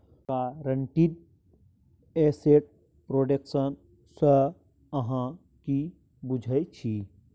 guaranteed asset production सँ अहाँ कि बुझै छी